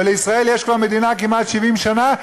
ולישראל יש מדינה כבר כמעט 70 שנה,